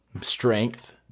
strength